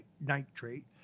nitrate